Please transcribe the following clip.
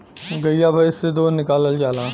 गइया भईस से दूध निकालल जाला